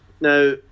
Now